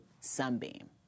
Sunbeam